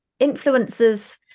influencers